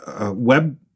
web